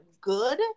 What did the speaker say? good